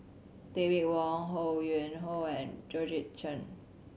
David Wong Ho Yuen Hoe and Georgette Chen